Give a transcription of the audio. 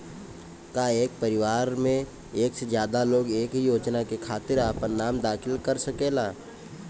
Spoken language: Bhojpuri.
का एक परिवार में एक से ज्यादा लोग एक ही योजना के खातिर आपन नाम दाखिल करा सकेला?